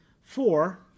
four